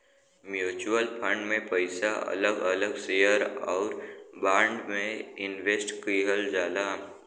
mutual fund में पइसा अलग अलग शेयर आउर बांड में इनवेस्ट किहल जाला